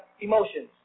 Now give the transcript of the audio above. emotions